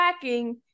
tracking